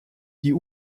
die